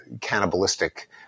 cannibalistic